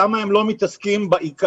למה הם לא מתעסקים בעיקר?